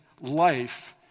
life